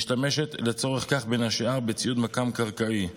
משתמשת לצורך כך, בין השאר, בציוד מכ"ם קרקעי,